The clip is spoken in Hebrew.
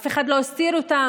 אף אחד לא הסתיר אותם.